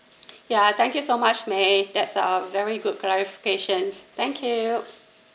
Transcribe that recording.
ya thank you so much may that's a very good clarification thank you